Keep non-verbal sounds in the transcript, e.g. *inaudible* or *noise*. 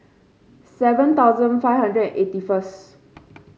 seven thousand five hundred eighty first *noise*